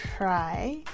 try